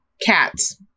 cats